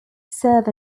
serve